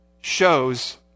shows